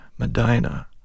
Medina